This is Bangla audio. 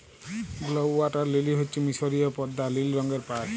ব্লউ ওয়াটার লিলি হচ্যে মিসরীয় পদ্দা লিল রঙের পায়